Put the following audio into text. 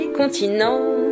continents